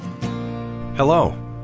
Hello